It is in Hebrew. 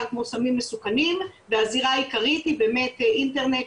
כמו סמים מסוכנים והזירה העיקרית היא באמת אינטרנט,